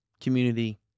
Community